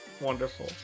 Wonderful